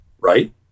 right